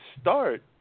start